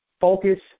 Focus